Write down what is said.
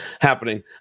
happening